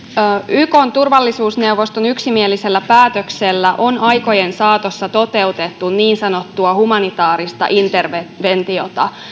ykn turvallisuusneuvoston yksimielisellä päätöksellä on aikojen saatossa toteutettu niin sanottua humanitaarista interventiota